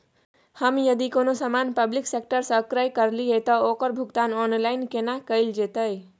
हम यदि कोनो सामान पब्लिक सेक्टर सं क्रय करलिए त ओकर भुगतान ऑनलाइन केना कैल जेतै?